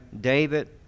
David